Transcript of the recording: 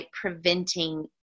preventing